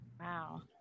Wow